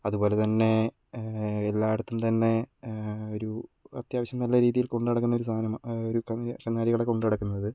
അതുപോലെ തന്നെ എല്ലായിടത്തും തന്നെ ഒരു അത്യാവശ്യം നല്ല രീതിയിൽ കൊണ്ടുനടക്കുന്ന ഒരു സാധനം ഒരു കന്നുകാലികളെ കൊണ്ടുനടക്കുന്നത്